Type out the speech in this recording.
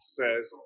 says